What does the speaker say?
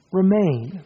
remain